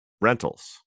rentals